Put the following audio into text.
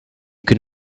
can